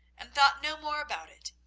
and thought no more about it.